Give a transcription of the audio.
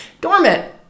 Dormant